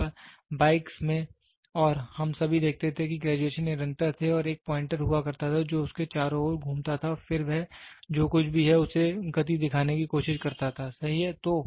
पहले बाइक्स में और हम सभी देखते थे कि ग्रेजुएशन निरंतर थे और एक पॉइंटर हुआ करता था जो उसके चारों ओर घूमता था और फिर वह जो कुछ भी है उसे गति दिखाने की कोशिश करता था सही है